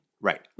Right